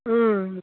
ও